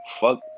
fuck